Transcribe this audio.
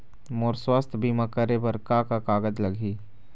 मोर स्वस्थ बीमा करे बर का का कागज लगही?